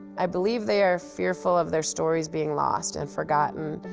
i believe they are fearful of their stories being lost and forgotten.